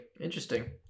interesting